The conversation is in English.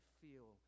feel